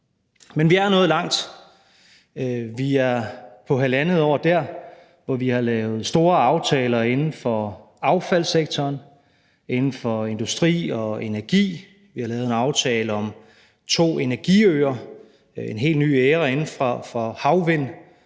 Men vi er nået langt. Vi er på halvandet år der, hvor vi har lavet store aftaler inden for affaldssektoren, inden for industri og energi, vi har lavet en aftale om to energiøer, en helt nye æra inden for havvind,